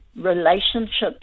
relationships